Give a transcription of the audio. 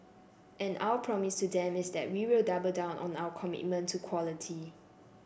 and our promise to them is that we will double down on our commitment to quality